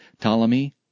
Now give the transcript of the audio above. Ptolemy